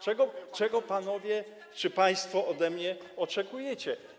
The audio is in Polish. Czego panowie czy państwo ode mnie oczekujecie?